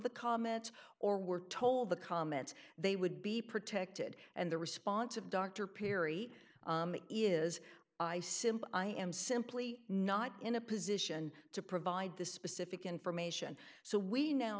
the comments or were told the comments they would be protected and the response of dr perry is i simply am simply not in a position to provide the specific information so we now